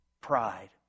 pride